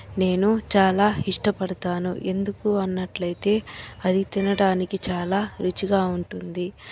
నేను చాలా ఇష్టపడతాను ఎందుకు అన్నట్లయితే అది తినడానికి చాలా రుచిగా ఉంటుంది